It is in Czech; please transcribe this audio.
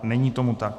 Není tomu tak.